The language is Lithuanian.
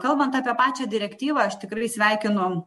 kalbant apie pačią direktyvą aš tikrai sveikinu